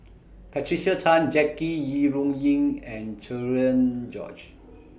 Patricia Chan Jackie Yi Ru Ying and Cherian George